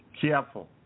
careful